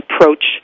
approach